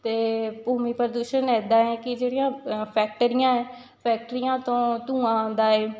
ਅਤੇ ਭੂਮੀ ਪ੍ਰਦੂਸ਼ਣ ਇੱਦਾਂ ਹੈ ਕਿ ਜਿਹੜੀਆਂ ਫੈਕਟਰੀਆਂ ਹੈ ਫੈਕਟਰੀਆਂ ਤੋਂ ਧੂੰਆਂ ਆਉਂਦਾ ਹੈ